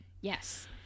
Yes